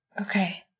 Okay